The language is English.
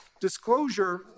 Disclosure